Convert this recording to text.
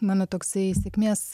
mano toksai sėkmės